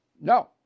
No